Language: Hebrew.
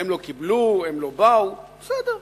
הם לא קיבלו, הם לא באו, בסדר.